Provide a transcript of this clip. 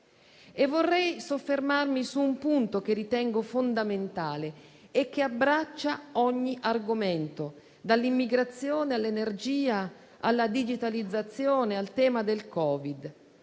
Vorrei soffermarmi su un punto, che ritengo fondamentale e che abbraccia ogni argomento, dall'immigrazione, all'energia, alla digitalizzazione, al tema del Covid-19: